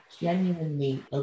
genuinely